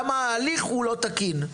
גם ההליך לא תקין.